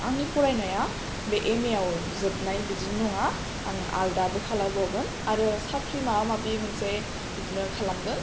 आंनि फरायनाया बे एम आव जोबनाय बिदि नङा आं आलदाबो खालायबावगोन आरो साख्रि माबा माबि मोनसे बिदिनो खालामगोन